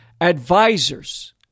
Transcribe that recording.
advisors